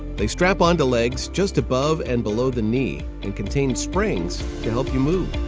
they strap onto legs just above and below the knee and contain springs to help you move.